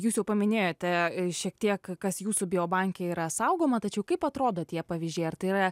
jūs jau paminėjote šiek tiek kas jūsų biobanke yra saugoma tačiau kaip atrodo tie pavyzdžiai ar tai yra